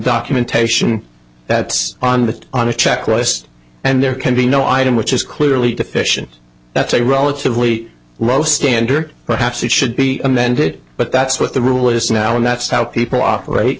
documentation that's on the on a checklist and there can be no item which is clearly deficient that's a relatively low standard perhaps it should be amended but that's what the rule is now and that's how people o